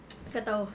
kau tahu